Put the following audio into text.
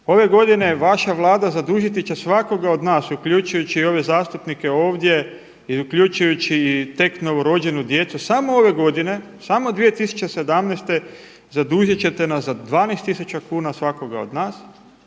Ove godine vaša Vlada zadužiti će svakoga od nas uključujući i ove zastupnike ovdje i uključujući i tek novorođenu djecu samo ove godine, samo 2017. zadužit ćete nas za 12000 kuna svakoga od nas,